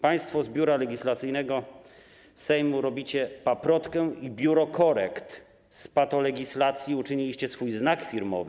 Państwo z Biura Legislacyjnego Sejmu robicie paprotkę i biuro korekt, z patolegislacji uczyniliście swój znak firmowy.